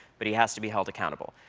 but he has to be held accountable.